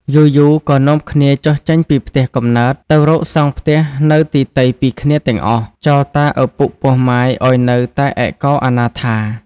យូរៗក៏នាំគ្នាចុះចេញពីផ្ទះកំណើត ទៅរកសង់ផ្ទះនៅទីទៃពីគ្នាទាំងអស់ ចោលតាឪពុកពោះម៉ាយឱ្យនៅតែឯកោអនាថា។